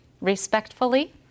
respectfully